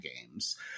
games